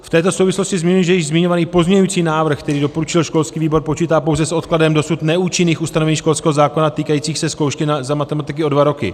V této souvislosti zmiňuji, že již zmiňovaný pozměňující návrh, který doporučil školský výbor, počítá pouze s odkladem dosud neúčinných ustanovení školského zákona týkajících se zkoušky z matematiky o dva roky.